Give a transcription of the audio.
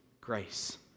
grace